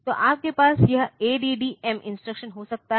तो आपके पास यह ADD M इंस्ट्रक्शन हो सकता है